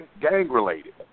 gang-related